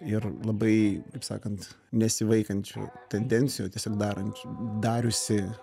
ir labai taip sakant nesivaikančių tendencijų o tiesiog darant dariusi